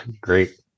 Great